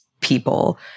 people